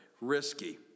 risky